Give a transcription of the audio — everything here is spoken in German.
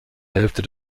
hälfte